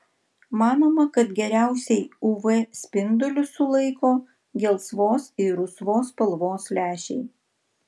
manoma kad geriausiai uv spindulius sulaiko gelsvos ir rusvos spalvos lęšiai